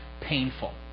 painful